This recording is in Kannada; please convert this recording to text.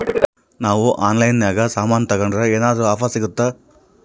ನಾವು ಆನ್ಲೈನಿನಾಗ ಸಾಮಾನು ತಗಂಡ್ರ ಏನಾದ್ರೂ ಆಫರ್ ಸಿಗುತ್ತಾ?